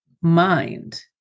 mind